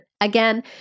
Again